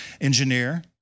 engineer